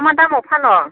मा मा दामाव फानो